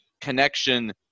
connection